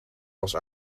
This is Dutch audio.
was